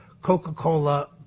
Coca-Cola